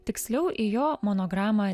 tiksliau į jo monogramą